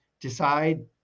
decide